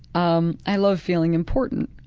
um i love feeling important,